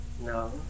No